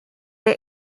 est